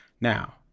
Now